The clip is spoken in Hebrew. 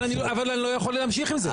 אבל אני לא יכול להמשיך עם זה.